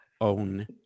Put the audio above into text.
own